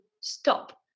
stop